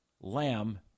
lamb